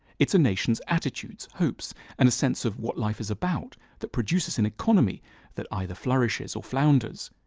it's a nation's attitudes hopes and a sense of what life is about that produces an economy that either flourishes or flounders.